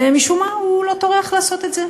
ומשום מה הוא לא טורח לעשות את זה.